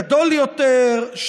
גדול יותר,